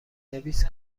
نویس